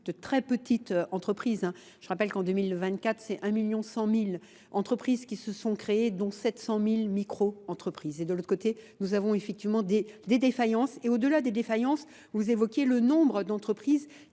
de très petites entreprises. Je rappelle qu'en 2024 c'est 1 million 100 mille entreprises qui se sont créées dont 700 mille micro-entreprises. Et de l'autre côté nous avons effectivement des défaillances et au-delà des défaillances vous évoquez le nombre d'entreprises